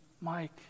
Mike